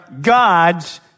God's